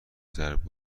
ضربه